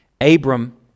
Abram